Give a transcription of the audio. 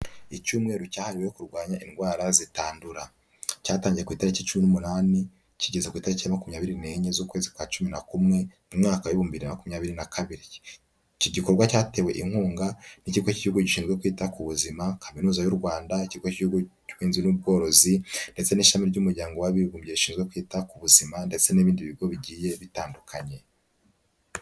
Icyumweru cyahariwe kurwanya indwara zitandura. Cyatangiye ku itariki cumi n'umunani, kigeza ku itariki ya makumyabiri n'enye z'ukwezi kwa cumi na kumwe mu mwaka w'ibihumbi bibiri na makumyabiri na kabiri. Iki gikorwa cyatewe inkunga n'ikigo cy'igihugu gishinzwe kwita ku buzima, kaminuza y'u Rwanda, ikigo cy'igihugu cy'ubuhinzi n'ubworozi, ndetse n'ishami ry'umuryango w'abibumbye rishinzwe kwita ku buzima, ndetse n'ibindi bigo bigiye bitandukanye.